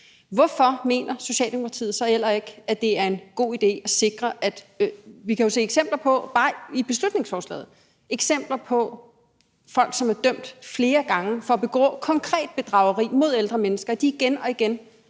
hvorfor mener Socialdemokratiet så ikke, at det er en god idé at sikre det her? Vi kan jo bare i beslutningsforslag se eksempler på, at folk, som er dømt flere gange for at begå konkret bedrageri mod ældre mennesker, igen og igen